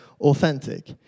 authentic